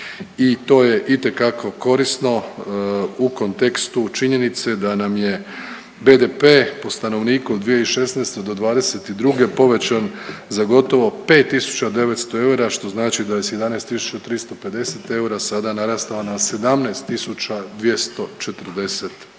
i to je itekako korisno u kontekstu činjenice da nam je BDP po stanovniku od 2016. do '22. povećan za gotovo 5.900 eura, što znači da je s 11.350 eura sada narastao na 17.240